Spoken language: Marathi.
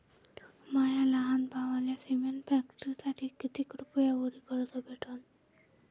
माया लहान भावाले सिमेंट फॅक्टरीसाठी कितीक रुपयावरी कर्ज भेटनं?